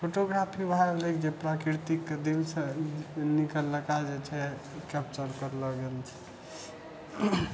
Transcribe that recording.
photography वएह भेलै जे प्रकृतिके दिलसँ निकाललका जे छै कैप्चर करलो गेल छै